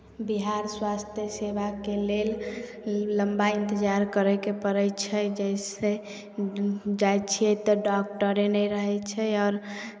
बिहार स्वास्थ्य सेवाके लेल लम्बा इन्तजार करयके पड़ै छै जइसे जाइ छियै तऽ डॉक्टरे नहि रहै छै आओर